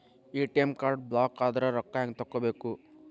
ATM card ಬ್ಲಾಕದ್ರ ರೊಕ್ಕಾ ಹೆಂಗ್ ತಕ್ಕೊಬೇಕು?